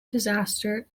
disaster